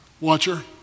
watcher